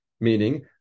meaning